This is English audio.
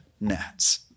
nets